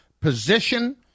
position